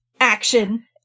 action